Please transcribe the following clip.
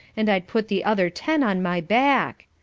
and i'd put the other ten on my back.